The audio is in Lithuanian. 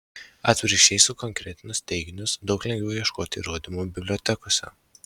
atvirkščiai sukonkretinus teiginius daug lengviau ieškoti įrodymų bibliotekose